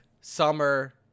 summer